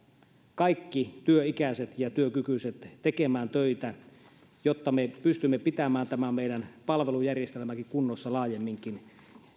kaikki työikäiset ja työkykyiset tekemään töitä jotta me pystymme pitämään tämän meidän palvelujärjestelmämmekin kunnossa laajemminkin